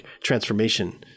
transformation